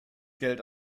geld